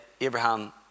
Abraham